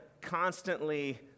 constantly